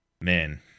man